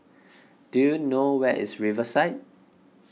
do you know where is Riverside